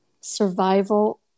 Survival